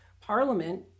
Parliament